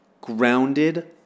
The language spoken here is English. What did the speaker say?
grounded